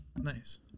Nice